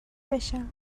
بشم